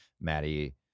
Maddie